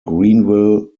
greenville